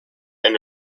and